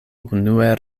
unue